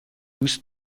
دوست